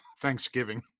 Thanksgiving